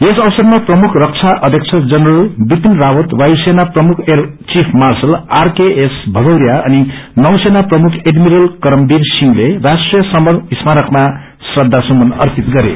यस अवसरमा प्रमुख रक्षा अध्यक्ष जनरल विपिन रावत वायुसेना प्रमुख air chief marshal RKS Bhadauria अनि नौसेना प्रमुख एडिमरल करमवीर सिंहले राष्ट्रिय समर स्मारकमा श्रदासुमन अर्पित गरे